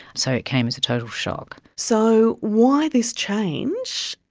so it came as a total shock. so why this change,